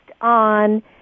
on